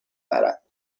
برد